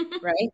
right